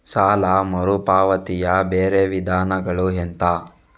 ಸಾಲ ಮರುಪಾವತಿಯ ಬೇರೆ ವಿಧಾನಗಳು ಎಂತ?